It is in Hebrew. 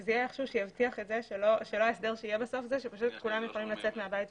שזה יהיה משהו שיבטיח את זה שבסוף כולם לא יכולים לצאת מהבית ולהדביק.